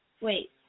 wait